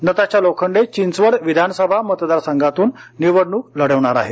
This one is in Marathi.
नताशा लोखंडे चिंचवड विधानसभा मतदार संघातून निवडणूक लढवणार आहेत